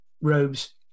robes